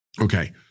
okay